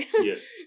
Yes